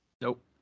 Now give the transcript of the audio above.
Nope